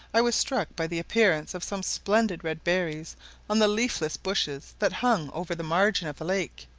i was struck by the appearance of some splendid red berries on the leafless bushes that hung over the margin of the lake,